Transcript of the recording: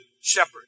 shepherd